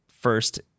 first